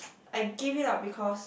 I gave it up because